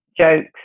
jokes